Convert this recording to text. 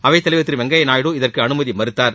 அவைத்தலைவர் திரு வெங்கய்யா நாயுடு இதற்கு அனுமதி மறுத்தார்